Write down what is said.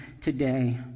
today